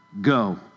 go